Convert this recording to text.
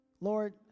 Lord